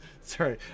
Sorry